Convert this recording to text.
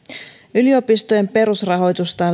yliopistojen perusrahoitusta